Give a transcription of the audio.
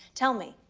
tell me,